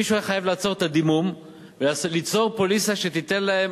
מישהו היה חייב לעצור את הדימום וליצור פוליסה שתיתן להם